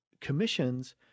commissions